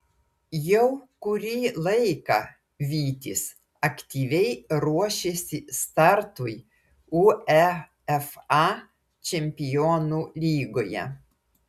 jau kurį laiką vytis aktyviai ruošiasi startui uefa čempionų lygoje